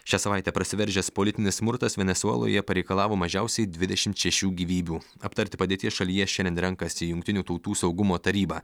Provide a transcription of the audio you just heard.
šią savaitę prasiveržęs politinis smurtas venesueloje pareikalavo mažiausiai dvidešimt šešių gyvybių aptarti padėties šalyje šiandien renkasi jungtinių tautų saugumo taryba